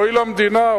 אוי למדינה,